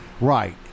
Right